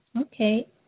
Okay